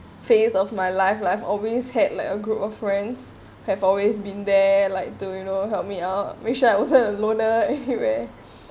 phase of my life like always had like a group of friends have always been there like do you know help me out wish I wasn't a loner everywhere